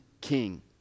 King